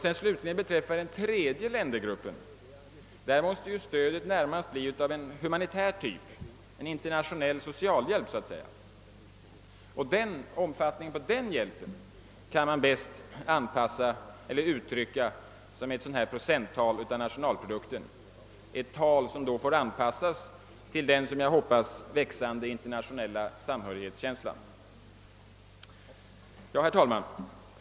Vad slutligen den tredje ländergruppen beträffar måste stödet bli av närmast humanitär typ, en internationell socialhjälp, och omfattningen av den hjälpen kan bäst uttryckas i procent av nationalprodukten, ett procenttal som då får anpassas till den som jag hoppas växande internationella samhörighetskänslan. Herr talman!